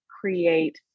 create